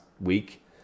week